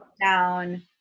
down